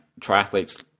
triathletes